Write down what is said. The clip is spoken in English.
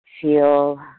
feel